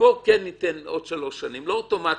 כן ניתן עוד שלוש שנים, שלא יהיה אוטומטית.